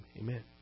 amen